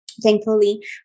Thankfully